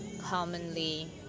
commonly